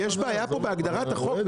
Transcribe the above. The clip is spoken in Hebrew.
יש בעיה פה בהגדרת החוק,